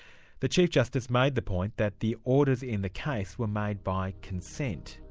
the chief justice made the point that the orders in the case were made by consent.